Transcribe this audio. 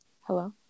Hello